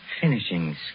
Finishing